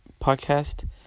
podcast